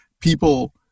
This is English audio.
People